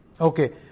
Okay